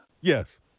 Yes